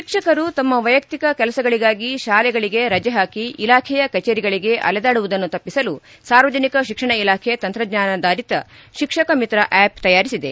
ಶಿಕ್ಷಕರು ತಮ್ಮ ವೈಯಕ್ತಿಕ ಕೆಲಸಗಳಿಗಾಗಿ ಶಾಲೆಗಳಿಗೆ ರಜೆ ಹಾಕಿ ಇಲಾಖೆಯ ಕಚೇರಿಗಳಿಗೆ ಅಲೆದಾಡುವುದನ್ನು ತಪ್ಪಿಸಲು ಸಾರ್ವಜನಿಕ ಶಿಕ್ಷಣ ಇಲಾಖೆ ತಂತ್ರಜ್ಞಾನಾಧಾರಿತ ಶಿಕ್ಷಕ ಮಿತ್ರ ಆಪ್ ತಯಾರಿಸಿದೆ